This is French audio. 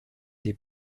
des